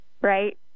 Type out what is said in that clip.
right